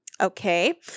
Okay